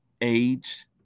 age